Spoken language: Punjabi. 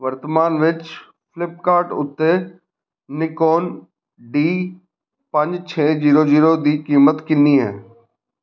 ਵਰਤਮਾਨ ਵਿੱਚ ਫਲਿਪਕਾਰਟ ਉੱਤੇ ਨਿਕੋਨ ਡੀ ਪੰਜ ਛੇ ਜ਼ੀਰੋ ਜ਼ੀਰੋ ਦੀ ਕੀਮਤ ਕਿੰਨੀ ਹੈ